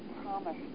promise